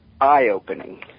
eye-opening